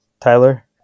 Tyler